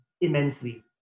immensely